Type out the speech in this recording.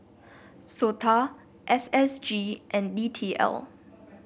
SOTA S S G and D T L